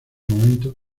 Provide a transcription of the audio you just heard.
momento